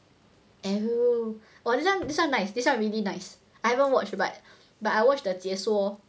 !aiyo! this one nice this one really nice I haven't watch but but I watched the 解说